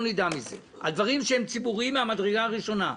נדע מזה על דברים שהם ציבוריים מהמדרגה הראשונה.